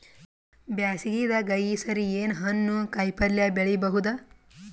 ಬ್ಯಾಸಗಿ ದಾಗ ಈ ಸರಿ ಏನ್ ಹಣ್ಣು, ಕಾಯಿ ಪಲ್ಯ ಬೆಳಿ ಬಹುದ?